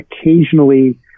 Occasionally